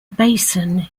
basin